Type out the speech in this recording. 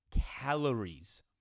calories